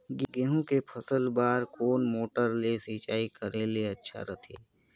गहूं के फसल बार कोन मोटर ले सिंचाई करे ले अच्छा रथे?